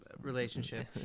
relationship